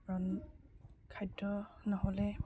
কাৰণ খাদ্য নহ'লে